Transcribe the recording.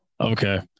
Okay